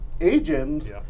agents